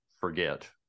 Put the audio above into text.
forget